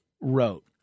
wrote